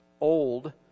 old